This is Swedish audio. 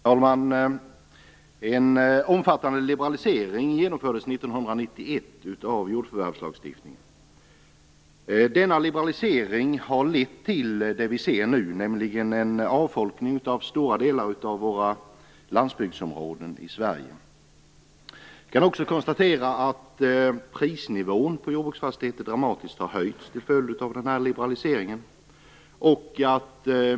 Herr talman! En omfattande liberalisering genomfördes 1991 av jordförvärvslagstiftningen. Denna liberalisering har lett till det vi ser nu, nämligen en avfolkning av stora delar av våra landsbygdsområden i Sverige. Vi kan också konstatera att prisnivån på jordbruksfastigheter har höjts dramatiskt till följd av liberaliseringen.